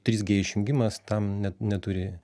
trys gie išjungimas tam net neturi